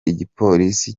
igipolisi